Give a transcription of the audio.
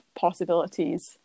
possibilities